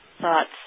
thoughts